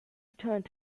returned